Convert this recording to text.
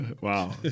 Wow